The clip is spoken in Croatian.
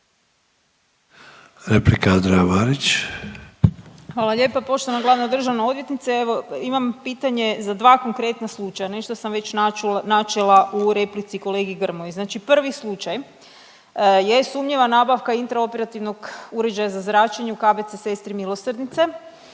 **Marić, Andreja (SDP)** Hvala lijepa poštovana glavna državna odvjetnice. Evo imam pitanje za dva konkretna slučaja, nešto sam već načela u replici kolegi Grmoji. Znači prvi slučaj je sumnjiva nabavka intraoperativnog uređaja za zračenje u KBC Sestre milosrdnice,